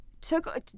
took